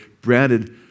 branded